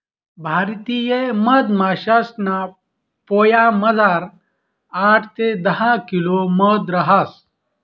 भारतीय मधमाशासना पोयामझार आठ ते दहा किलो मध रहास